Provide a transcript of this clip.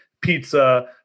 pizza